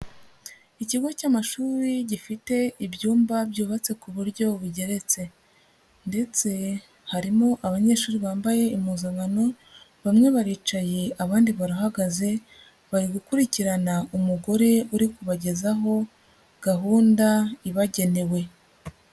Ikigo cy'amashuri gifite ibyumba byubatse ku buryo bugeretse ndetse harimo abanyeshuri bambaye impuzankano, bamwe baricaye abandi barahagaze, bari gukurikirana umugore uri kubagezaho gahunda ibagenewe.